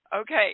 Okay